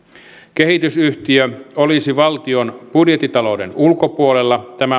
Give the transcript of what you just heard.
kehitysyhtiö olisi valtion budjettitalouden ulkopuolella tämä